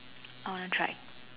I wanna try